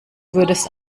würdest